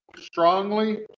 strongly